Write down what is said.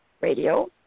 Radio